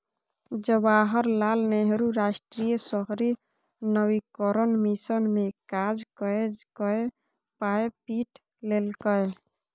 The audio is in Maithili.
जवाहर लाल नेहरू राष्ट्रीय शहरी नवीकरण मिशन मे काज कए कए पाय पीट लेलकै